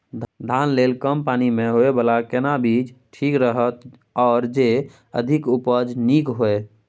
धान लेल कम पानी मे होयबला केना बीज ठीक रहत आर जे अधिक उपज नीक होय?